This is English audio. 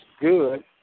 good